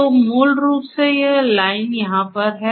तो मूल रूप से यह लाइन यहाँ पर है